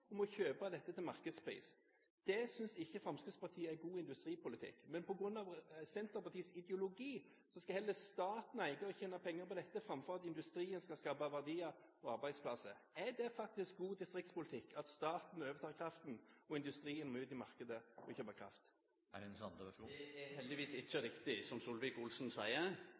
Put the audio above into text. kjøpe til markedspris. Det synes ikke Fremskrittspartiet er god industripolitikk. Men på grunn av Senterpartiets ideologi skal heller staten eie og tjene penger på dette, framfor at industrien skal skape verdier og arbeidsplasser. Er det faktisk god distriktspolitikk at staten overtar kraften, og industrien må ut i markedet og kjøpe kraft? Det er heldigvis ikkje riktig som